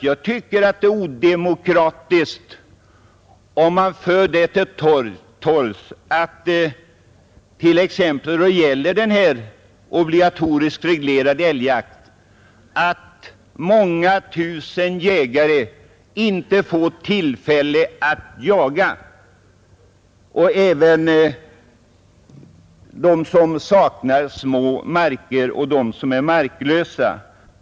Jag tycker att det är odemokratiskt att t.ex. föra den uppfattningen till torgs att den obligatoriskt reglerade älgjakten skall få leda till att många tusen jägare inte får tillfälle att jaga, bl.a. de som har små marker och de marklösa.